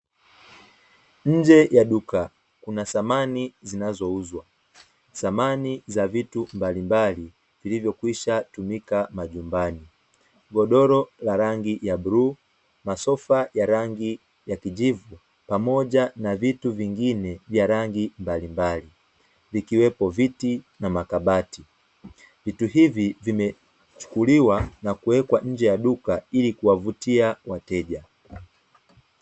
Nje ya duka kuna samani zinazouzwa zamani za vitu mbalimbali vilivyokwisha tumika majumbani, godoro la rangi ya blue, masofa ya rangi ya kijivu, pamoja na vitu vingine vya rangi mbalimbali, vikiwepo viti na makabati vitu hivi vimechukuliwa na kuwekwa nje ya duka ili kuwavutia wateja.